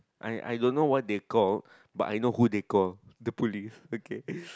I I don't know what they called but I know who they call the police okay